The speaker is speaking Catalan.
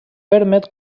permet